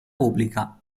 pubblica